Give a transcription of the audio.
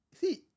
see